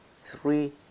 three